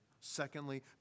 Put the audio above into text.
Secondly